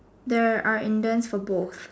the are indent for both